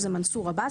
שזה מנסור עבאס,